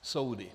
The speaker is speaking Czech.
Soudy.